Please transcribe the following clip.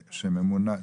שממונה,